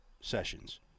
sessions